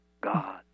God